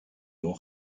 haut